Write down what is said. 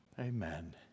Amen